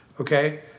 Okay